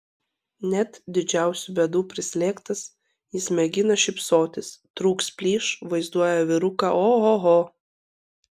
net didžiausių bėdų prislėgtas jis mėgina šypsotis trūks plyš vaizduoja vyruką ohoho